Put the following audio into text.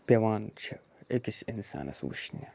پٮ۪وان چھِ أکِس اِنسانَس وٕچھنہِ